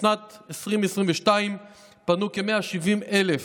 בשנת 2022 פנו כ-170,000